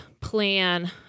plan